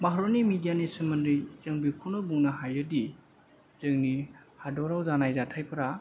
भारतनि मिदियानि सोमोन्दै जों बिखौनो बुंनो हायो दि जोंनि हादराव जानाय जाथायफोरा